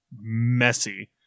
messy